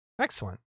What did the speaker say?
Excellent